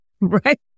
Right